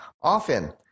Often